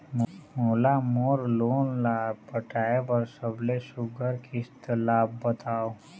मोला मोर लोन ला पटाए बर सबले सुघ्घर किस्त ला बताव?